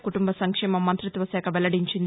కుటుంబ సంక్షేమ మంతిత్వ శాఖ వెల్లడించింది